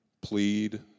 Plead